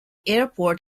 airport